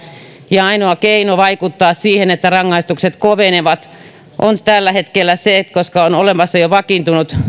ja ainoa keino vaikuttaa siihen että rangaistukset kovenevat on tällä hetkellä se että on jo olemassa vakiintunut